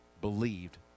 believed